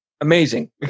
amazing